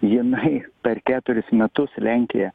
jinai per keturis metus lenkija